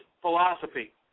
philosophy